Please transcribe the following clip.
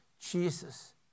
Jesus